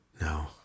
No